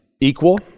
equal